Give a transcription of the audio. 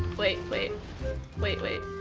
wait wait wait wait